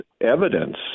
evidence